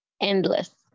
endless